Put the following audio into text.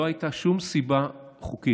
לא הייתה שום סיבה חוקית,